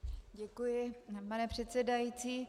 Děkuji, pane předsedající.